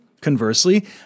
conversely